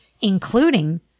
including